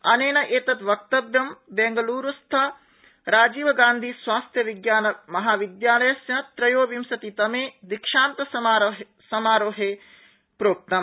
अनेन वक्तव्य बेंगलुरूस्थ राजीवगान्धी स्वास्थ्य विज्ञानमहाविद्यालयस्य त्रयोविंशति तमे दीक्षान्तसमारोहे प्रोक्तम्